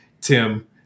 Tim